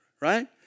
Right